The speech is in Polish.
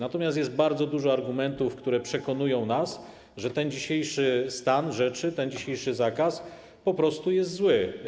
Natomiast jest bardzo dużo argumentów, które przekonują nas, że ten dzisiejszy stan rzeczy, ten dzisiejszy zakaz po prostu jest zły.